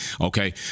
Okay